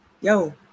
yo